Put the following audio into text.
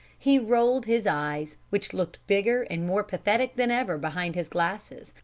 he rolled his eyes, which looked bigger and more pathetic than ever behind his glasses,